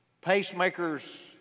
Pacemaker's